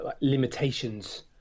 Limitations